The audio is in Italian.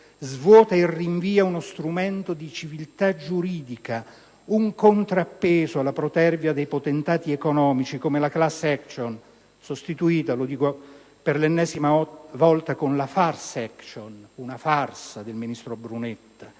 svuota e rinvia uno strumento di civiltà giuridica, un contrappeso alla protervia dei potentati economici come la *class action*, sostituita - lo dico per l'ennesima volta - con la «*farce action*», una farsa del ministro Brunetta,